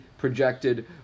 Projected